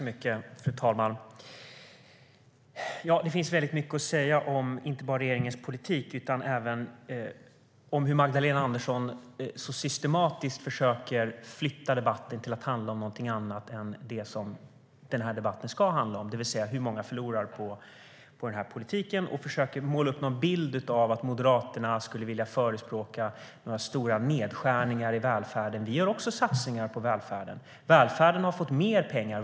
Fru talman! Det finns mycket att säga inte bara om regeringens politik utan även om hur Magdalena Andersson så systematiskt försöker flytta debatten till att handla om någonting annat än det som den ska handla om, det vill säga hur många som förlorar på den här politiken, och försöker måla upp en bild av att Moderaterna skulle vilja förespråka stora nedskärningar i välfärden. Vi gör också satsningar på välfärden. Välfärden har fått mer pengar.